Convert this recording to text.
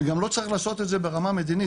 וגם לא צריך לעשות את זה ברמה מדינית,